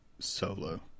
solo